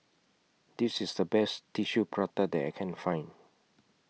This IS The Best Tissue Prata that I Can Find